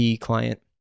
client